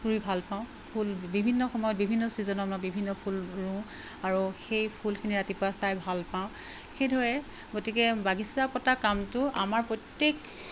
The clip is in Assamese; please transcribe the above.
ৰুই ভাল পাওঁ ফুল বিভিন্ন সময়ত বিভিন্ন ছিজনৰ আ বিভিন্ন ফুল ৰুওঁ আৰু সেই ফুলখিনি ৰাতিপুৱা চাই ভাল পাওঁ সেইদৰে গতিকে বাগিচা পতা কামটো আমাৰ প্ৰত্যেক